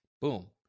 Boom